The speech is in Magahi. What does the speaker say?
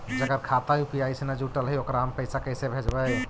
जेकर खाता यु.पी.आई से न जुटल हइ ओकरा हम पैसा कैसे भेजबइ?